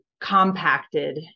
compacted